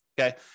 Okay